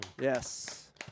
Yes